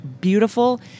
beautiful